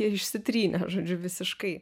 ir išsitrynė žodžiu visiškai